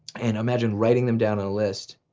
and imagine writing them down on a list,